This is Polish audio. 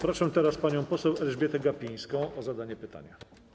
Proszę teraz panią poseł Elżbietę Gapińską o zadanie pytania.